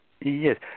Yes